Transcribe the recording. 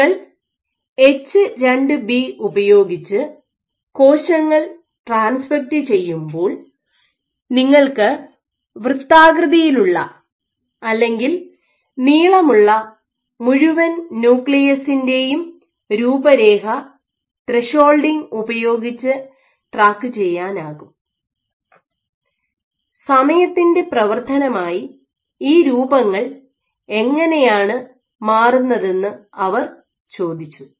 നിങ്ങൾ H 2 B ഉപയോഗിച്ച് കോശങ്ങൾ ട്രാൻസ്ഫെക്റ്റ് ചെയ്യുമ്പോൾ നിങ്ങൾക്ക് വൃത്താകൃതിയിലുള്ള അല്ലെങ്കിൽ നീളമുള്ള മുഴുവൻ ന്യൂക്ലിയസിൻ്റെയും രൂപരേഖ ത്രെഷോൾഡിംഗ് ഉപയോഗിച്ച് ട്രാക്കുചെയ്യാനാകും സമയത്തിൻ്റെ പ്രവർത്തനമായി ഈ രൂപങ്ങൾ എങ്ങനെയാണ് മാറുന്നതെന്ന് അവർ ചോദിച്ചു